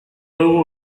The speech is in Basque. dugu